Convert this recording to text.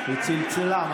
היא צלצלה.